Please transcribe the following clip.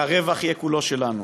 והרווח יהיה כולו שלנו.